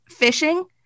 phishing